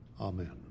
Amen